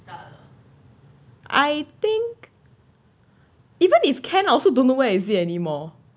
I think even if can I also don't know where is it anymore